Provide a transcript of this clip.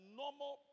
normal